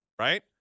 Right